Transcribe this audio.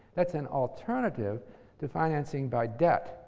that's an alternative to financing by debt.